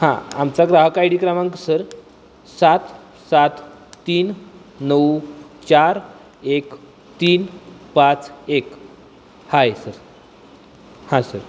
हां आमचा ग्राहक आय डी क्रमांक सर सात सात तीन नऊ चार एक तीन पाच एक आहे सर हां सर